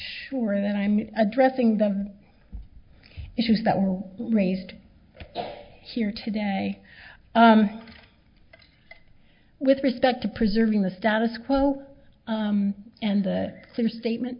sure that i'm addressing the issues that were raised here today with respect to preserving the status quo and the clear statement